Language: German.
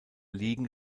ligen